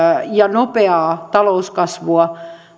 ja nopeaa talouskasvua